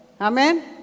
Amen